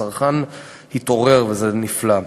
הצרכן התעורר וזה נפלא.